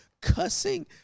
cussing